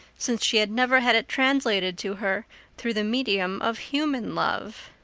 since she had never had it translated to her through the medium of human love.